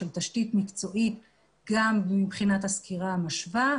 של תשתית מקצועית גם מבחינת הסקירה המשווה,